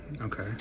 Okay